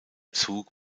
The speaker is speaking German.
zug